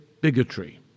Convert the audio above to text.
bigotry